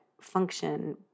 function